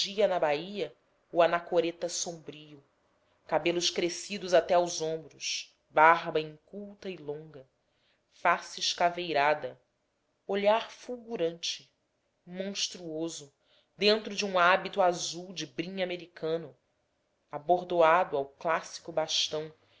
e surgia na bahia o anacoreta sombrio cabelos crescidos até aos ombros barba inculta e longa face escaveirada olhar fulgurante monstruoso dentro de um hábito azul de brim americano abordoado ao clássico bastão